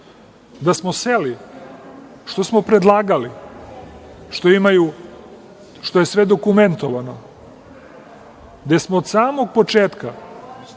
da smo seli, što smo predlagali, što je sve dokumentovano, gde smo od samog početka predlagali